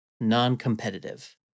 non-competitive